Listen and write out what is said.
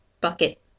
bucket